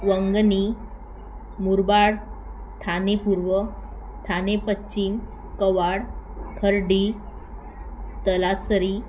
वांगणी मुरबाड ठाणे पूर्व ठाणे पश्चिम कवाड खर्डी तलासरी